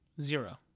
Zero